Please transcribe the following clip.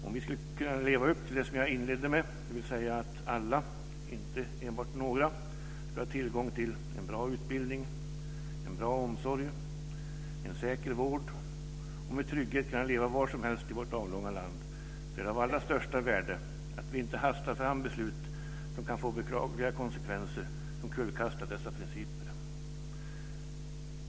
Om vi ska kunna leva upp till det som jag inledde med, dvs. att alla - inte enbart några - ska ha tillgång till bra utbildning, god omsorg och en säker vård och ska kunna leva med trygghet varsomhelst i vårt avlånga land, är det av allra största värde att vi inte hastar fram beslut som kan få beklagliga konsekvenser och som kullkastar dessa grundsatser.